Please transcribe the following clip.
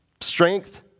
strength